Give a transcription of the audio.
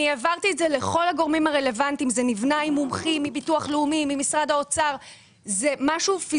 אני יודעת וגם אתה והצוות במשרד יודע שיש עובדים